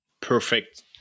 Perfect